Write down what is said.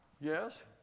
Yes